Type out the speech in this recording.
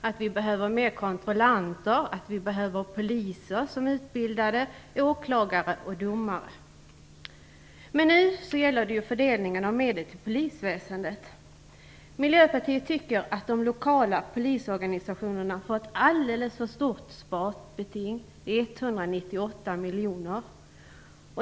Det behövs flera kontrollanter, utbildade poliser, åklagare och domare. Men nu gäller det fördelningen av medel till polisväsendet. Miljöpartiet anser att de lokala polisorganisationerna har fått ett alldeles för stort sparbeting, 198 miljoner.